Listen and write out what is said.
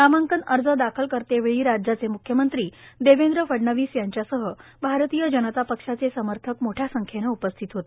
नामांकन अर्ज दाखल करतेवेळी राज्याचे म्ख्यमंत्री देवेंद्र फडणवीस यांच्यासह भारतीय जनता पक्षाचे समर्थक मोठ्या संख्येनं उपस्थित होते